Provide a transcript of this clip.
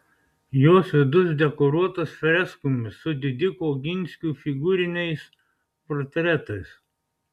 jos vidus dekoruotas freskomis su didikų oginskių figūriniais portretais